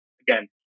again